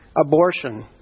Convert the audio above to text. abortion